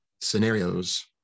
scenarios